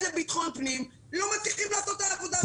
לביטחון פנים לא מצליחים לעשות את העבודה שלהם.